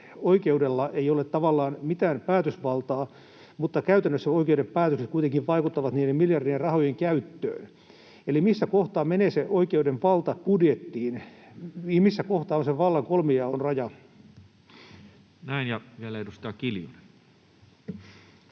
oikeudella ei ole tavallaan mitään päätösvaltaa, mutta käytännössä oikeuden päätökset kuitenkin vaikuttavat niiden miljardien rahojen käyttöön. Eli missä kohtaa menee se oikeuden valta budjettiin? Missä kohtaa on vallan kolmijaon raja? [Speech 137] Speaker: Toinen